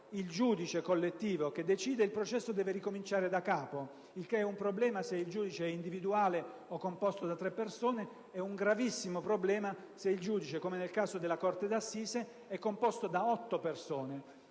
il giudice collettivo che decide, il processo deve ricominciare da capo), con un evidente problema, se il giudice è individuale o composto da tre persone, che diventa gravissimo se il giudice, come nel caso della Corte d'assise, è composto da otto persone.